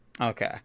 Okay